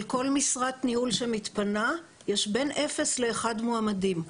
על כל משרת ניהול שמתפנה יש בין אפס לאחד מועמדים,